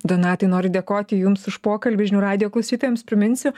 donatai noriu dėkoti jums už pokalbį žinių radijo klausytojams priminsiu